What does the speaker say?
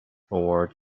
award